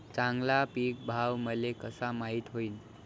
चांगला पीक भाव मले कसा माइत होईन?